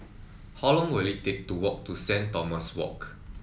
how long will it take to walk to Saint Thomas Walk